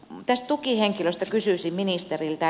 tästä tukihenkilöstä kysyisin ministeriltä